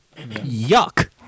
Yuck